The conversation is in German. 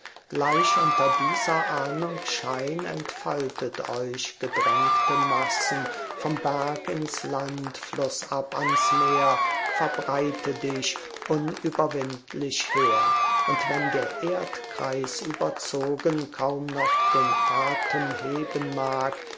gleich unter dieser ahnung schein entfaltet euch gedrängte massen vom berg ins land flußab ans meer verbreite dich unüberwindlich heer und wenn der erdkreis überzogen kaum noch den atem heben mag